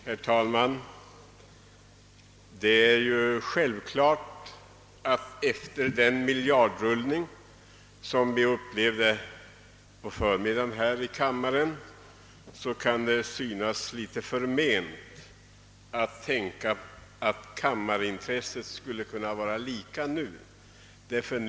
Herr talman! Efter den miljardrullning, som vi upplevt här i kammaren under förmiddagen, kan det naturligtvis synas förmätet att räkna med att kammarledamöterna skulle visa samma intresse i kväll.